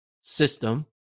system